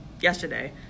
yesterday